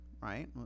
right